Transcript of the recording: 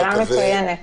שאלה מצוינת.